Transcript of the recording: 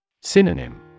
Synonym